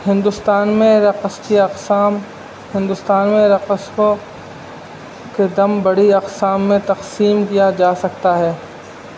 ہندوستان میں رقص کے اقسام ہندوستان میں رقصوں کے دم بڑی اقسام میں تقسیم کیا جا سکتا ہے